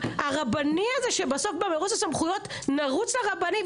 שהרבני הזה שבסוף במרוץ הסמכויות נרוץ לרבני,